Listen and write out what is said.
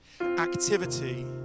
Activity